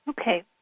Okay